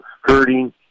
hurting